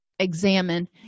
examine